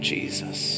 Jesus